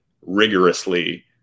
rigorously